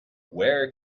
where